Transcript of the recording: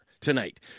tonight